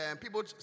people